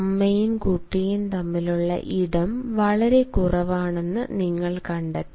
അമ്മയും കുട്ടിയും തമ്മിലുള്ള ഇടം വളരെ കുറവാണെന്ന് നിങ്ങൾ കണ്ടെത്തി